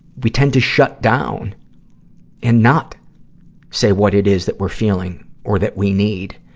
we tend to shut down and not say what it is that we're feeling or that we need.